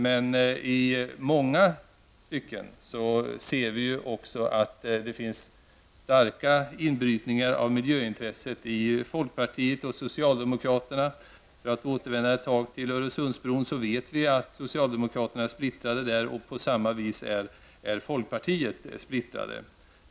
Men beträffande miljöintresset kan starka inbrytningar noteras i fråga om folkpartiet och socialdemokraterna. Vi vet ju att socialdemokraterna i fråga om Öresundsbron, för att återvända till och ägna en stund åt den frågan, är splittrade.